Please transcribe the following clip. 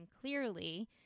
clearly